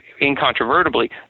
incontrovertibly